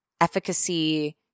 efficacy